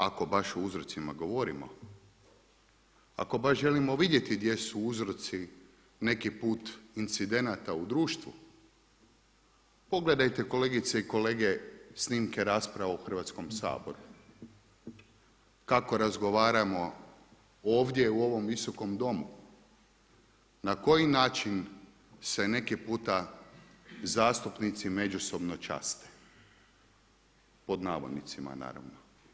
Ako baš o uzrocima govorimo, ako baš želimo vidjeti gdje su uzroci neki put incidenata u društvu, pogledajte kolegice i kolege snimke rasprava u Hrvatskom saboru kako razgovaramo ovdje u ovom Visokom domu, na koji način se neki puta zastupnici međusobno časte pod navodnicima naravno.